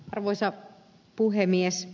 arvoisa puhemies